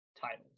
titles